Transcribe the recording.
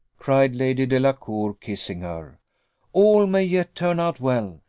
cried lady delacour, kissing her all may yet turn out well.